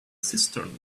cistern